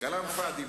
כלאם פאד'י,